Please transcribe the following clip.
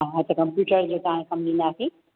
हा त कंप्यूटर जो तव्हांखे कमु ॾींदासीं